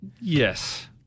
Yes